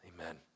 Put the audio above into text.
Amen